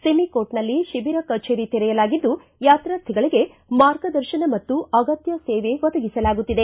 ಸಿಮಿಕೋಟ್ನಲ್ಲಿ ಶಿಬಿರ ಕಚೇರಿ ತೆರೆಯಲಾಗಿದ್ದು ಯಾತಾರ್ಥಿಗಳಿಗೆ ಮಾರ್ಗದರ್ಶನ ಮತ್ತು ಅಗತ್ಯ ಸೇವೆ ಒದಗಿಸಲಾಗುತ್ತಿದೆ